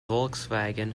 volkswagen